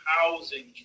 housing